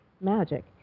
magic